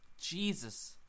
Jesus